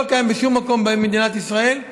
שלא קיימת בשום מקום במדינת ישראל,